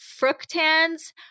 fructans